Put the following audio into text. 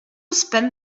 spend